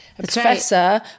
professor